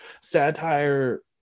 satire